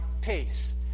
pace